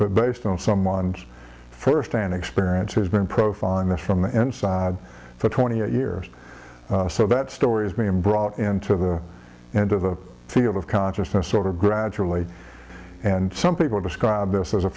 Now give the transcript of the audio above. but based on someone's firsthand experience who has been profiling this from the inside for twenty eight years so that story is being brought into the into the theory of consciousness sort of gradually and some people describe this as a